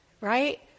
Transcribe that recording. Right